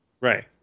Right